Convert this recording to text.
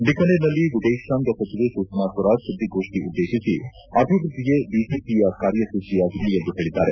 ಬಿಕನೆರ್ನಲ್ಲಿ ವಿದೇಶಾಂಗ ಸಚಿವೆ ಸುಷ್ನಾ ಸ್ವರಾಜ್ ಸುದ್ದಿಗೋಷ್ಠಿ ಉದ್ದೇಶಿಸಿ ಅಭಿವೃದ್ದಿಯೇ ಬಿಜೆಪಿಯ ಕಾರ್ಯಸೂಚಿಯಾಗಿದೆ ಎಂದು ಹೇಳಿದ್ದಾರೆ